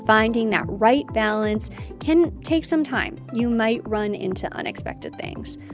finding that right balance can take some time. you might run into unexpected things.